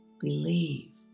Believe